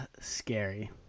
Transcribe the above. scary